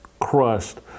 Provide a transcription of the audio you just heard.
crushed